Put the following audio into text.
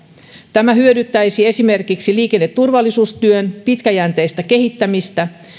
tämä hyödyttäisi esimerkiksi liikenneturvallisuustyön pitkäjänteistä kehittämistä